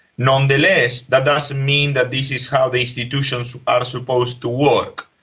nonetheless, that doesn't mean that this is how the institutions are supposed to work.